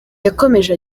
yakomeje